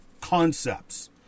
Concepts